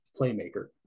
playmaker